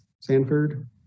Sanford